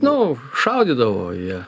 nu šaudydavo jie